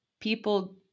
people